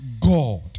God